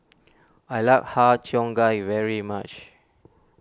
I like Har Cheong Gai very much